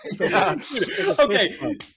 Okay